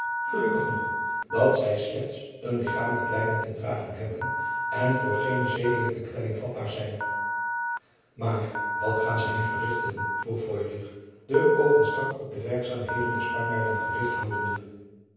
gelukkig nog dat zij slechts een lichamelijk lijden te dragen hebben en voor geene zedelijke kwelling vatbaar zijn maar wat gaan zij nu verrichten vroeg feurich de oogen strak op de werkzaamheden der spanjaarden gericht houdende